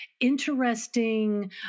interesting